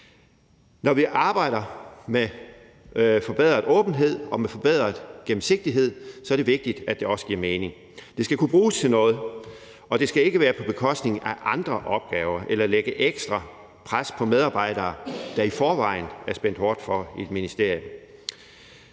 Når vi arbejder med forbedret åbenhed og med forbedret gennemsigtighed, er det vigtigt, at det også giver mening. Det skal kunne bruges til noget, og det skal ikke være på bekostning af andre opgaver eller lægge ekstra pres på medarbejdere, der i forvejen er spændt hårdt for i et ministerie.